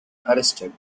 arrested